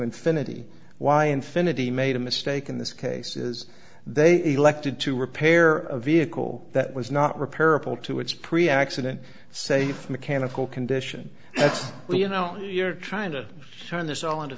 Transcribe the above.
infinity why infinity made a mistake in this case is they elected to repair a vehicle that was not repairable to its pre accident safe mechanical condition that's you know you're trying to turn this all into